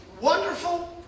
wonderful